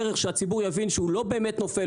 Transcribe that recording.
ערך שהציבור יבין שהוא לא באמת נופל,